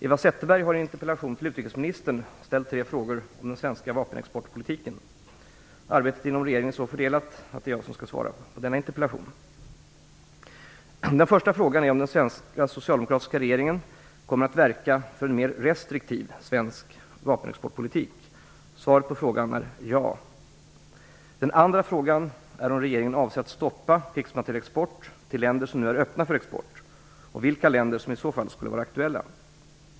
Eva Zetterberg har i en interpellation till utrikesministern ställt tre frågor om den svenska vapenexportpolitiken. Arbetet inom regeringen är så fördelat att det är jag som skall svara på denna interpellation. Den första frågan är om den socialdemokratiska regeringen kommer att verka för en mer restriktiv svensk vapenexportpolitik. Svaret på frågan är ja. Den andra frågan är om regeringen avser att stoppa krigsmaterielexport till länder som nu är öppna för export, och vilka länder som i så fall skulle vara aktuella.